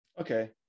Okay